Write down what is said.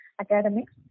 academics